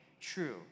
true